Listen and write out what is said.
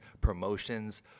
promotions